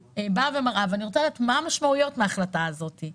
ואני רוצה לדעת מה המשמעויות של ההחלטה הזאת.